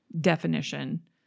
definition